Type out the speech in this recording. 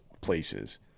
places